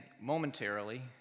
momentarily